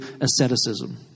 asceticism